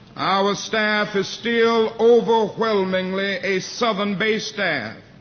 our staff is still overwhelmingly a southern-based staff.